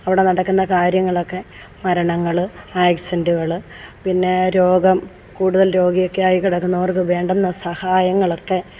അവിടെ നടക്കുന്ന കാര്യങ്ങളൊക്കെ മരണങ്ങൾ ആക്സിഡൻറ്റുകൾ പിന്നേ രോഗം കൂടുതൽ രോഗികളൊക്കെ ആയി കിടക്കുന്നവർക്കു വേണ്ടുന്ന സഹായങ്ങളൊക്കെ